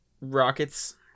Rockets